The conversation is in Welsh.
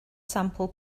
sampl